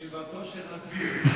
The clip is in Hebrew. שיבתו של הגביר.